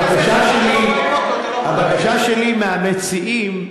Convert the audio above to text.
הבקשה שלי מהמציעים,